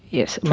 yes,